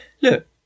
look